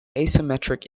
asymmetric